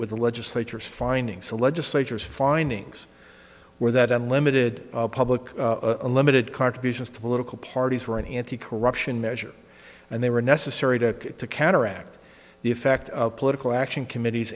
with the legislature's findings a legislature is findings were that unlimited public a limited contributions to political parties were an anti corruption measure and they were necessary to counteract the effect of political action committees